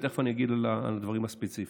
ותכף אגיב על הדברים הספציפיים.